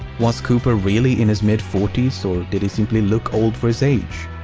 was cooper really in his mid-forties or did he simply look old for his age?